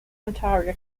ontario